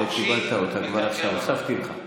לאף אחד פה, כל אחד בזמנו החופשי, הוספתי לך.